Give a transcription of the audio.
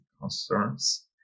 concerns